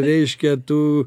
reiškia tu